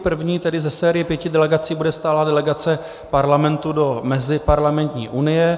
První ze série pěti delegací bude stálá delegace Parlamentu do Meziparlamentní unie.